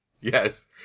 Yes